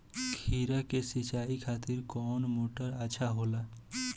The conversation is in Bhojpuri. खीरा के सिचाई खातिर कौन मोटर अच्छा होला?